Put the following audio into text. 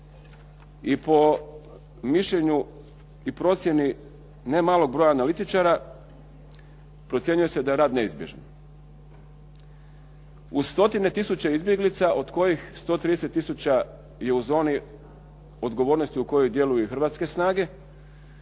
I po mišljenju i procjeni ne malog broja analitičara pocjenjuje se da je rat neizbježan. Uz stotine tisuća izbjeglica od kojih 130 tisuća je u zoni odgovornosti u kojoj djeluju i hrvatske snage,